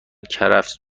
کرفس